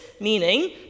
meaning